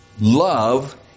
love